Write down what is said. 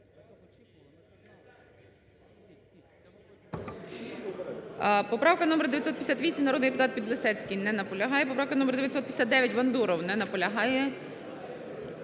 Поправка номер 958, народний депутат Підлісецький. Не наполягає. Поправка номер 959, Бандуров. Не наполягає.